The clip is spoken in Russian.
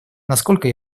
насколько